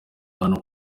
hano